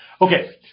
Okay